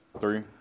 Three